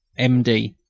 m d.